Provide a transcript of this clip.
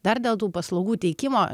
dar dėl tų paslaugų teikimo